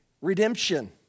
redemption